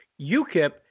UKIP